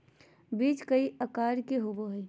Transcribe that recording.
बीज कई आकार के होबो हइ